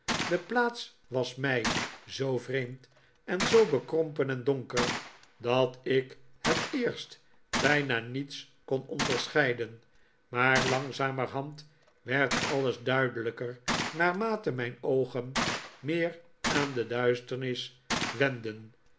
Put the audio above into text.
de plaats was mij zoo vreemd en zoo bekrompen en donker dat ik in het eerst bijna niets kon onderscheiden maar langzamerhand werd alles duidelijker naarmate mijn oogen meer aan de duisternis